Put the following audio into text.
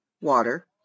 water